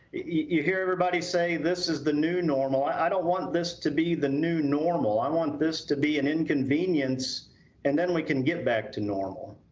you hear everybody say this is the new normal. i don't want this to be the new normal i want this to be an inconvenience and we can get back to normal.